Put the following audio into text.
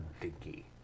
dinky